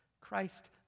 Christ